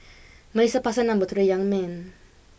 Melissa passed her number to the young man